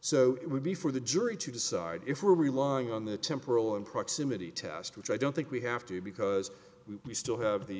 so it would be for the jury to decide if we're relying on the temporal and proximity test which i don't think we have to because we still have the